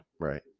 Right